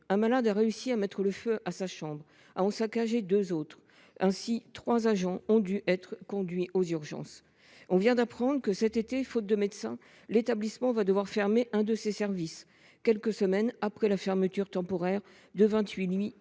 un malade a réussi à mettre le feu à sa chambre et à en saccager deux autres. Résultat : trois agents ont dû être conduits aux urgences. On vient d’apprendre que cet été, faute de médecins, l’établissement va devoir fermer l’un de ses services, quelques semaines après avoir fermé temporairement